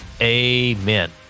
Amen